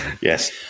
Yes